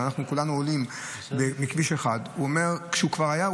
אבל אנחנו כולנו עולים מכביש 1. הוא אומר שכשהוא כבר היה,